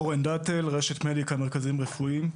אני מרשת מדיקה מרכזית רפואיים.